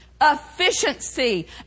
efficiency